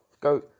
go